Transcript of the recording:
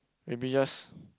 maybe just